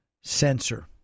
sensor